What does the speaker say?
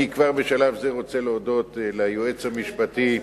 אני כבר בשלב זה רוצה להודות ליועץ המשפטי,